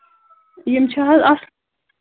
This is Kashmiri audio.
یِم چھِ حظ اَتھ